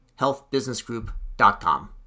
healthbusinessgroup.com